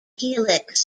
helix